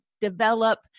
develop